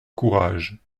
courage